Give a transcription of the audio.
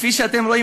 כפי שאתם רואים,